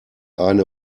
eine